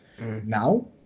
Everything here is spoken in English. Now